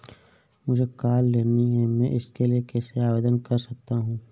मुझे कार लेनी है मैं इसके लिए कैसे आवेदन कर सकता हूँ?